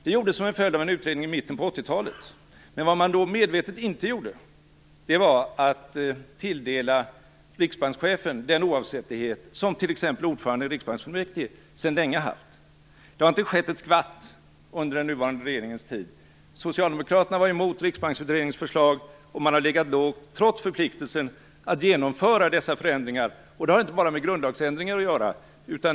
Det hade gjorts till följd av en utredning i mitten på 1980-talet. Vad man då medvetet inte gjorde var att tilldela riksbankschefen den oavsättlighet som t.ex. ordförande i riksbanksfullmäktige sedan länge haft. Det har inte skett ett skvatt under den nuvarande regeringens tid. Socialdemokraterna var emot Riksbanskutredningens förslag. Man har legat lågt trots förpliktelsen att genomföra dessa förändringar. De har inte bara med grundlagsändringar att göra.